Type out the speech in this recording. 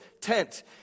tent